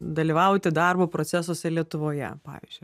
dalyvauti darbo procesuose lietuvoje pavyzdžiui